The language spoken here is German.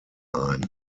ein